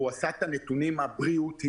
הוא אסף את הנתונים הבריאותיים.